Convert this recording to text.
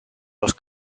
los